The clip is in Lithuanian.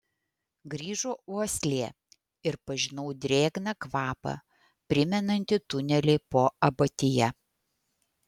grįžo uoslė ir pažinau drėgną kvapą primenantį tunelį po abatija